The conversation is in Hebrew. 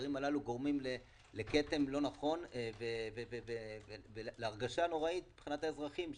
הדברים הללו גורמים לכתם לא נכון ולהרגשה נוראית של האזרחים.